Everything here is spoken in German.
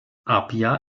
apia